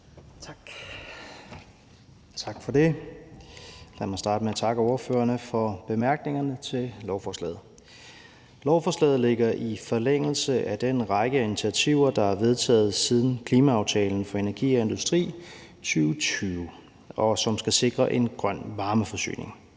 Tak for det. Lad mig starte med at takke ordførerne for bemærkningerne til lovforslaget. Lovforslaget ligger i forlængelse af den række af initiativer, som er vedtaget efterklimaaftalen for energi og industri i 2020, og som skal sikre en grøn varmeforsyning.